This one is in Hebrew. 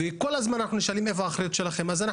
וכל הזמן אנחנו נשאלים: ״איפה האחריות שלכם?״ אז אני